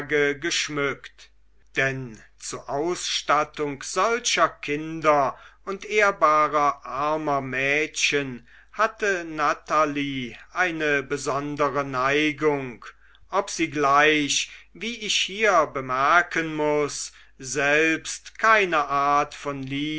geschmückt denn zu ausstattung solcher kinder und ehrbarer armer mädchen hatte natalie eine besondere neigung ob sie gleich wie ich hier bemerken muß selbst keine art von